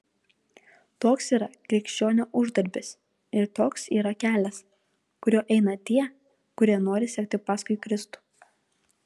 toks yra krikščionio uždarbis ir toks yra kelias kuriuo eina tie kurie nori sekti paskui kristų